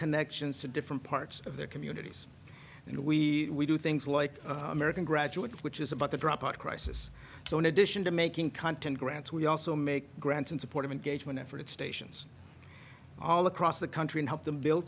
connections to different parts of their communities you know we do things like american graduate which is about the dropout crisis so in addition to making content grants we also make grants in support of engagement efforts stations all across the country and help them build